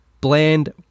bland